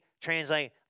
Translate